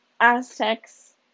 Aztecs